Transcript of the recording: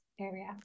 area